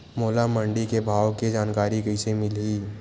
मोला मंडी के भाव के जानकारी कइसे मिलही?